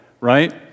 right